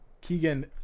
Keegan